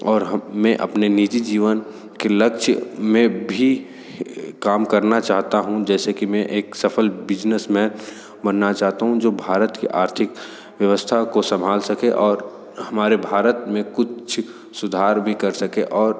और हम मैं अपने निजी जीवन के लक्ष्य में भी काम करना चाहता हूँ जैसे कि मैं एक सफल बिज़नेस मैन बनना चाहता हूँ जो भारत की आर्थिक व्यवस्था को सम्भाल सके और हमारे भारत में कुछ सुधार भी कर सके और